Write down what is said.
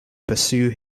pursue